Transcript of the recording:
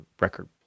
record